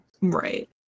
right